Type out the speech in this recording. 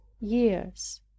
years